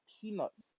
peanuts